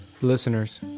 Listeners